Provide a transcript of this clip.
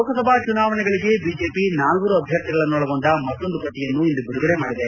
ಲೋಕಸಭಾ ಚುನಾವಣೆಗಳಿಗೆ ಬಿಜೆಪಿ ನಾಲ್ವರು ಅಭ್ಯರ್ಥಿಗಳನ್ನೊಳಗೊಂಡ ಮತ್ತೊಂದು ಪಟ್ಟಿಯನ್ನು ಇಂದು ಬಿಡುಗಡೆ ಮಾಡಿದೆ